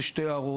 יש שתי הערות,